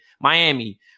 Miami